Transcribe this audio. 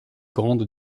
grande